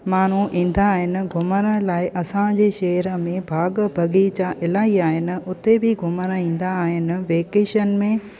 माण्हू ईंदा आहिनि घुमण लाइ असांजे शहर में बाग़ बाग़ीचा इलाही आहिनि उते बि घुमण ईंदा आहिनि वेकेशन में